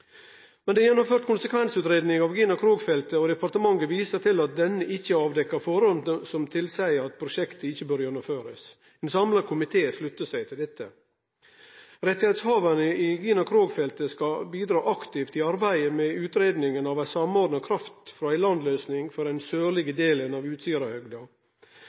Det er gjennomført konsekvensutgreiing for Gina Krog-feltet, og departementet viser til at ho ikkje har avdekt forhold som tilseier at prosjektet ikkje bør bli gjennomført. Ein samla komité sluttar seg til dette. Rettshavarane i Gina-Krog-feltet skal bidra aktivt i arbeidet med utgreiinga av ei samordna kraft-frå-land-løysing for den sørlege delen av Utsirahøgda. Gina Krog-innretninga er klargjort for